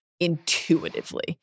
intuitively